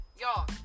y'all